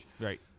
Right